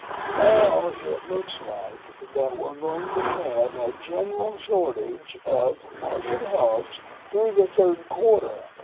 now it looks like that we're going to have a general shortage of market hogs through the third quarter.